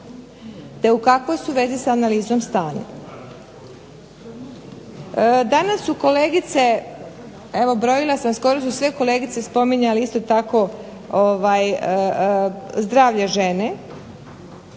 te u kakvoj su vezi sa analizom stanja. Danas su kolegice, evo brojala sam, skoro su sve kolegice spominjale isto tako zdravlje žene